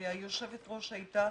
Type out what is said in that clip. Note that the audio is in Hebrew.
היושבת-ראש הייתה